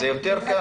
זה יותר קל.